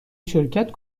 شرکت